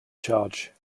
charge